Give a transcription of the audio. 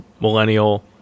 millennial